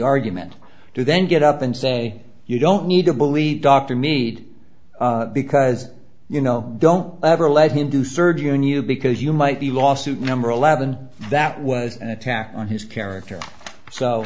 argument to then get up and say you don't need to believe dr me because you know don't ever let him do surgery on you because you might be lawsuit number eleven that was an attack on his character so